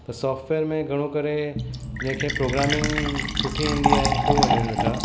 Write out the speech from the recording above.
त सॉफ्टवेयर में घणो करे जंहिंखें प्रोगामिंग सुठी ईंदी आहे हू हलनि वेठां